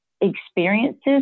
experiences